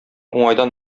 уңайдан